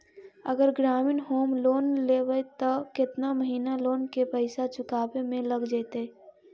अगर ग्रामीण home loan लेबै त केतना महिना लोन के पैसा चुकावे में लग जैतै?